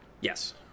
Yes